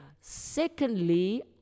Secondly